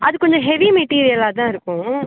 அது கொஞ்சம் ஹெவி மெட்டீரியலாக தான் இருக்கும்